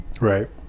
right